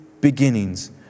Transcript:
beginnings